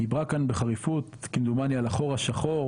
דיברה כאן בחריפות כמדומני על החור השחור,